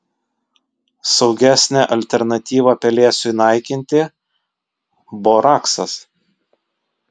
saugesnė alternatyva pelėsiui naikinti boraksas